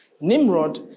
Nimrod